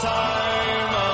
time